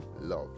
love